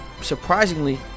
surprisingly